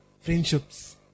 friendships